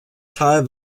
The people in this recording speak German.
tal